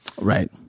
right